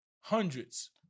hundreds